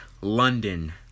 London